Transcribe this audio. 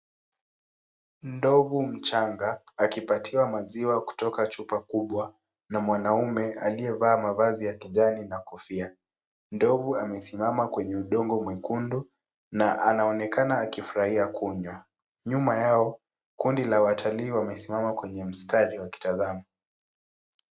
Ndovu mchanga akipatiwa maziwa kutoka chupa kubwa na mwanaume aliyevaa mavazi ya kijani na kofia. Ndovu amesimama kwenye udongo mwekundu na anaonekana akifurahia kunywa. Nyuma yao, kundi la watalii wamesimama kwenye mstari wakitazama.